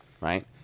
right